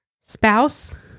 spouse